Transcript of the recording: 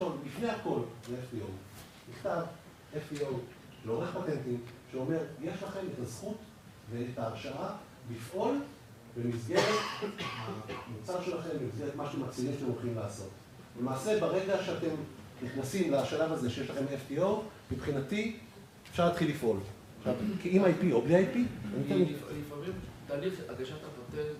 לפני הכל, זה FTO. נכתב FTO לעורך פטנטים שאומר, יש לכם את הזכות ואת ההרשמה לפעול במסגרת, במוצר שלכם, במסגרת משהו מצדיק שאתם הולכים לעשות. ובמעשה, ברגע שאתם נכנסים לשלב הזה שיש לכם FTO, מבחינתי, אפשר להתחיל לפעול, כי אם ה-IP או בלי ה-IP.